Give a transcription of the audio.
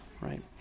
right